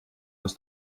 aus